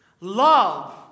Love